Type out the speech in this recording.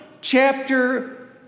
chapter